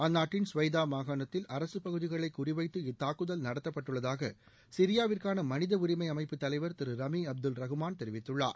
அந்நாட்டின் ஸ்வைதா மாகாணத்தில் அரசு பகுதிகளை குறி வைத்து இத்தாக்குதல் நடத்தப்பட்டுள்ளதாக சிரியாவுக்கான மனித உரிமை அமைப்பு தலைவர் திரு ரமி அப்தல் ரகுமான் தெரிவித்துள்ளார்